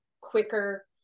quicker